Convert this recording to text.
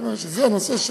זאת אומרת שזה הנושא,